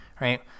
Right